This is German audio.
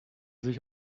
sich